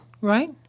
right